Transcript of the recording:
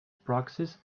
proxies